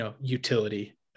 utility